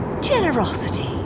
generosity